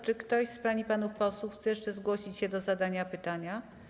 Czy ktoś z pań i panów posłów chce jeszcze zgłosić się do zadania pytania?